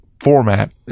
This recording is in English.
format